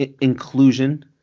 inclusion